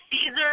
Caesar